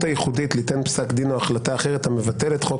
הייחודית ליתן פסק דין או החלטה אחרת המבטלת חוק,